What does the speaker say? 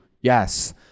Yes